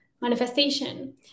manifestation